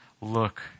Look